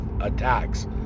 attacks